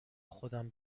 خودم